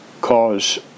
cause